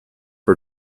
for